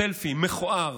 סלפי מכוער,